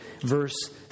verse